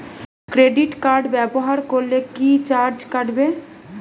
Credit card ব্যাবহার করলে কি চার্জ কাটবে?